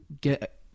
get